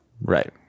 Right